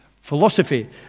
Philosophy